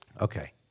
Okay